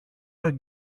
τον